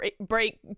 break